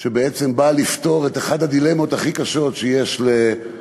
שבא לפתור את אחת הדילמות הכי קשות שיש לאימא